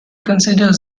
considers